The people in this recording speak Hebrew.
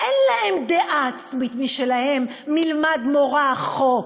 אין להם דעה עצמית משלהם מלבד מורא החוק.